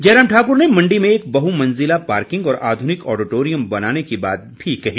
जयराम ठाकुर ने मण्डी में एक बहुमंज़िला पार्किंग और आधुनिक ऑडिटोरियम बनाने की बात भी कही